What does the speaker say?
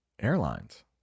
airlines